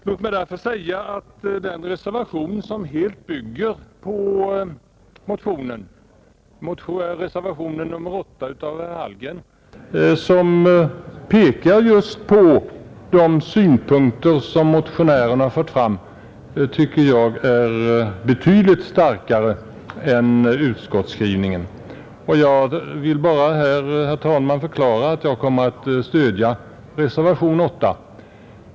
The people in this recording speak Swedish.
Låt mig därför säga att reservation 8 av herr Hallgren, som pekar just på de synpunkter som motionärerna fört fram, enligt min mening är betydligt starkare än utskottets skrivning. Jag vill här bara förklara, herr talman, att jag kommer att stödja reservationen 8.